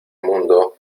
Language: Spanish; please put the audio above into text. mundo